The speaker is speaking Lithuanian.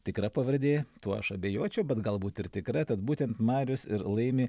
tikra pavardė tuo aš abejočiau bet galbūt ir tikra tad būtent marius ir laimi